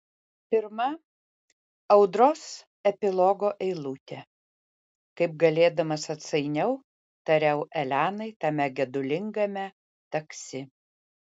pirma audros epilogo eilutė kaip galėdamas atsainiau tariau elenai tame gedulingame taksi